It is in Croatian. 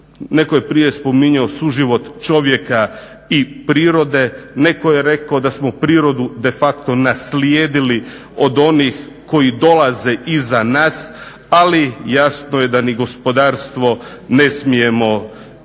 Neko je prije spominjao suživot čovjeka i prirode, neko je rekao da smo prirodu de facto naslijedili od onih koji dolaze iza nas, ali jasno je da ni gospodarstvo ne smijemo izgubiti.